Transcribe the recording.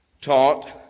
taught